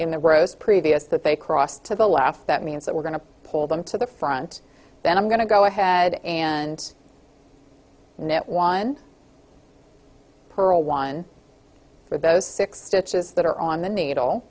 in the rows previous that they cross to the left that means that we're going to pull them to the front then i'm going to go ahead and net one pearl one for those six stitches that are on the needle